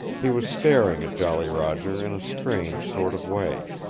he was staring at jolly roger in a strange sort of way.